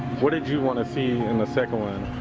what did you want to see in the second one?